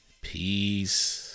peace